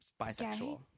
bisexual